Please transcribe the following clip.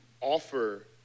offer